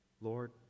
Lord